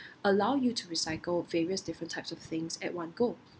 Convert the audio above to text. allow you to recycle various different types of things at one go